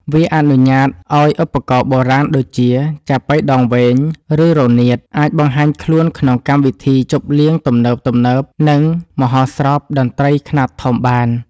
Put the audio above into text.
វាអនុញ្ញាតឱ្យឧបករណ៍បុរាណដូចជា ចាប៉ីដងវែង ឬរនាត អាចបង្ហាញខ្លួនក្នុងកម្មវិធីជប់លៀងទំនើបៗ និងមហោស្រពតន្ត្រីខ្នាតធំបាន។